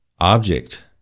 object